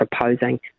proposing